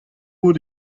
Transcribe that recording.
out